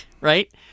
Right